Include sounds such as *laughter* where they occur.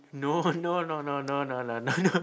no no no no no no lah no no *laughs*